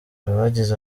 abagize